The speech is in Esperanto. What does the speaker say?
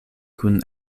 kun